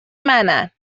منن